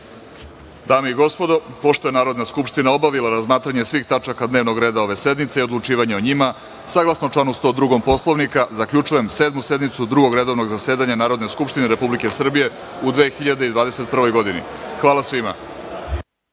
radu. Dame i gospodo, pošto je Narodna skupština obavila razmatranje svih tačaka dnevnog reda ove sednice i odlučivanje o njima, saglasno članu 102. Poslovnika Narodne skupštine, zaključujem Sedmu sednicu Drugog redovnog zasedanja Narodne skupštine Republike Srbije u 2021. godini. Hvala svima.